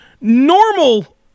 normal